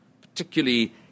particularly